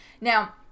now